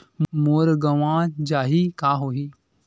मोर गंवा जाहि का होही?